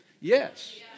Yes